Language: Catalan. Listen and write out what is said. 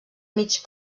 mig